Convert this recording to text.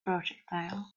projectile